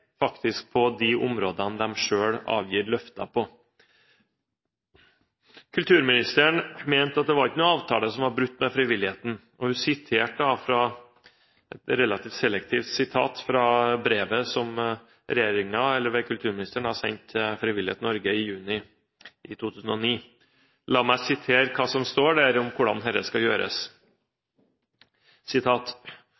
på de områdene der de selv avgir løfter. Kulturministeren mente at det var ikke noen avtale som var brutt med frivilligheten, og hun ga da et relativt selektivt sitat fra brevet som regjeringen ved kulturministeren sendte Frivillighet Norge i juni 2009. La meg sitere hva som står der, om hvordan dette skal gjøres: